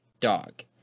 dog